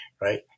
right